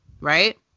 right